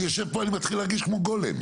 לא, כי אני יושב פה, אני מתחיל להרגיש כמו גולם.